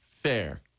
fair